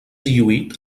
lluït